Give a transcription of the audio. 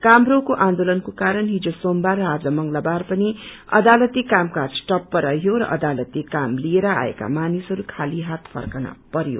काम रोको आन्दोलनको कारण हिजो सोमबार र आज मंगलबार पनि अदालती कामकाज ठप्प रहयो र अदालती काम लिएर आएका मानिसहरू खाली हात फर्कन पर्यो